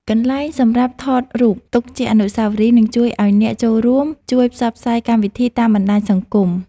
កន្លែងសម្រាប់ថតរូបទុកជាអនុស្សាវរីយ៍នឹងជួយឱ្យអ្នកចូលរួមជួយផ្សព្វផ្សាយកម្មវិធីតាមបណ្ដាញសង្គម។